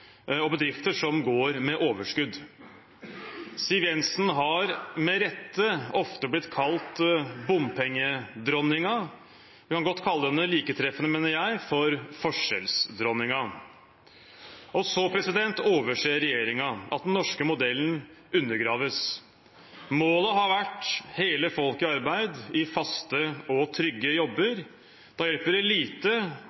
og bedrifter som går med overskudd. Siv Jensen har med rette ofte blitt kalt bompengedronningen. Vi kan godt kalle henne – like treffende, mener jeg – forskjellsdronningen. Regjeringen overser at den norske modellen undergraves. Målet har vært hele folket i arbeid, i faste og trygge